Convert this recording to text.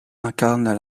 incarne